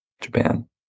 Japan